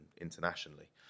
internationally